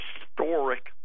historic